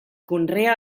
conrea